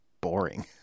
boring